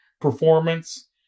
performance